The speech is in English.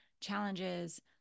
challenges